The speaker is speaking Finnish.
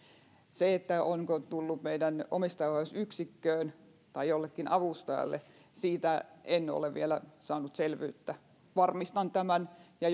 se että onko tullut meidän omistajaohjausyksikköön tai jollekin avustajalle siitä en ole vielä saanut selvyyttä varmistan tämän ja